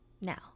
now